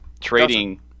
trading